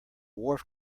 wharf